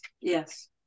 yes